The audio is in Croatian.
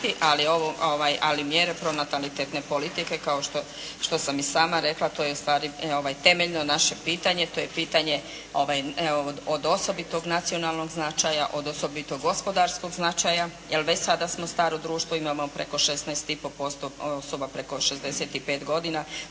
Ali mjere pronatalitetne politike kao što sam i sama rekla to je temeljno naše pitanje. To je pitanje od osobitog nacionalnog značaja. Od osobitog gospodarskog značaja. Jer već sada smo staro društvo imamo preko 16,5% osoba preko 65 godina